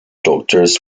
doctors